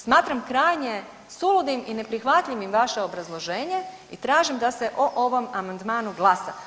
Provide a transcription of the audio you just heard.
Smatram krajnje suludim i neprihvatljivim vaše obrazloženje i tražim da se o ovom amandmanu glasa.